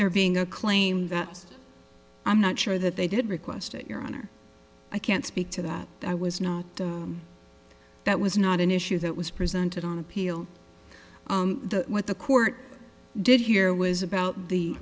there being a claim that i'm not sure that they did request it your honor i can't speak to that i was no that was not an issue that was presented on appeal what the court did here was about the